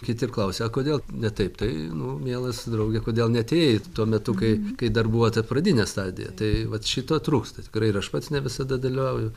kiti klausia o kodėl ne taip tai nu mielas drauge kodėl neatėjai tuo metu kai kai dar buvo ta pradinė stadija tai vat šito trūksta tikrai ir aš pats ne visada dalyvauju